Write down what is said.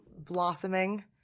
blossoming –